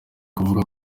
kuvugwa